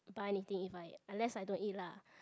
buy anything if I unless I don't eat lah